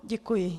Děkuji.